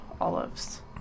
olives